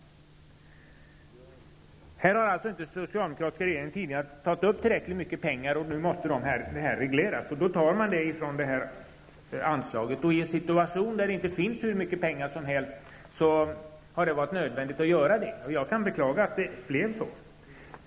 Den socialdemokratiska regeringen har inte tidigare anslagit upp tillräckligt mycket pengar. Nu måste detta regleras, och då tar man pengarna från detta anslag. I en situation där det inte finns hur mycket pengar som helst har det varit nödvändigt att göra på detta sätt. Jag kan beklaga det.